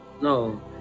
No